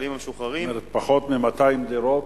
לחיילים המשוחררים, פחות מ-200 דירות,